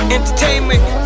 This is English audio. Entertainment